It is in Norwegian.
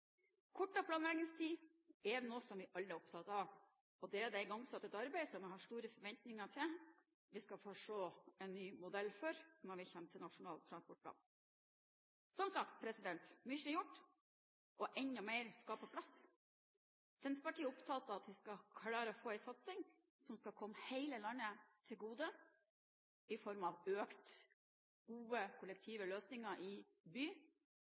Kortere planleggingstid er noe vi alle er opptatt av, og det er igangsatt et arbeid som jeg har store forventninger til at vi skal få se en ny modell for når vi kommer til Nasjonal transportplan. Som sagt: Mye er gjort, og enda mer skal på plass. Senterpartiet er opptatt av at vi skal klare å få en satsing som skal komme hele landet til gode i form av økte gode, kollektive løsninger i by,